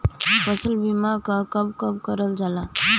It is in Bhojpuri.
फसल बीमा का कब कब करव जाला?